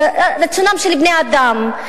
רצונם של בני-אדם,